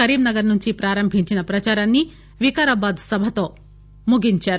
కరీంనగర్ నుంచి ప్రారంభించిన ప్రదారాన్ని వికారాబాద్ సభతో ముగించారు